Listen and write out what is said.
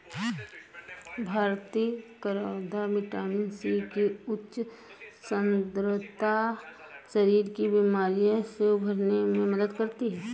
भारतीय करौदा vitamin C की उच्च सांद्रता शरीर को बीमारी से उबरने में मदद करती है